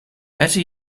better